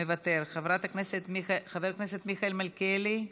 מוותר, חבר הכנסת מיכאל מלכיאלי,